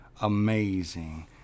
amazing